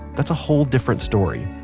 that's a whole different story.